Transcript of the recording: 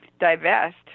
divest